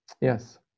Yes